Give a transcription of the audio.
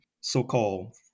so-called